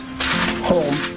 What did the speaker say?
home